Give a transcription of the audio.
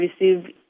receive